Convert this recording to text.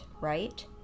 right